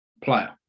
player